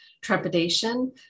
trepidation